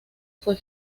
fue